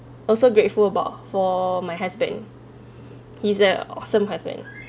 also grateful about for my husband he's a awesome husband